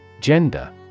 Gender